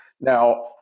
Now